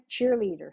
cheerleader